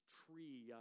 tree